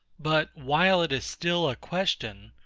but while it is still a question,